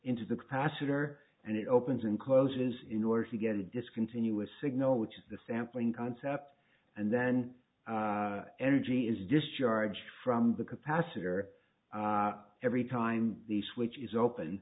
into the capacitor and it opens and closes in order to get a discontinuous signal which is the sampling concept and then energy is discharged from the capacitor every time the switch is open